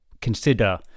consider